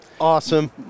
Awesome